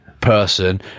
person